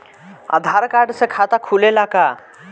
आधार card से खाता खुले ला का?